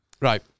Right